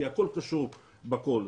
כי הכול קשור בכול,